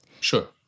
Sure